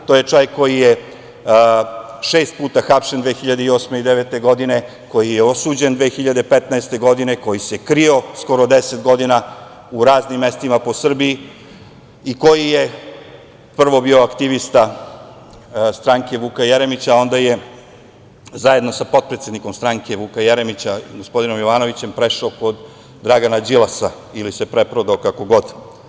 To je čovek koji je šest puta hapšen, 2008. i 2009. godine, koji je osuđen 2015. godine, koji se krio skoro deset godina u raznim mestima po Srbiji i koji je prvo bio aktivista stranke Vuka Jeremića, a onda je zajedno sa potpredsednikom stranke Vuka Jeremića, gospodinom Jovanovićem, prešao kod Dragana Đilasa ili se preprodao, kako god.